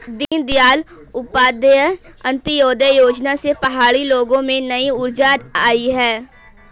दीनदयाल उपाध्याय अंत्योदय योजना से पहाड़ी लोगों में नई ऊर्जा आई है